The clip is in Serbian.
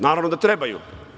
Naravno da trebaju.